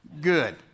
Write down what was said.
good